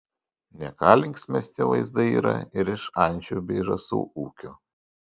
ne ką linksmesni vaizdai yra ir iš ančių bei žąsų ūkių